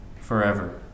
forever